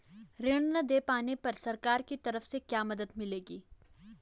ऋण न दें पाने पर सरकार की तरफ से क्या मदद मिलेगी?